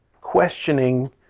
questioning